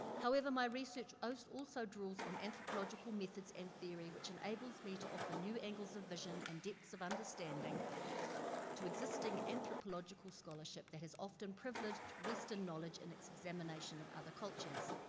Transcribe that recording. however, my research also draws on anthropological methods and theory, which enables me to offer new angles of vision and depths of understanding to existing anthropological scholarship that has often privileged western knowledge in its examination of other cultures.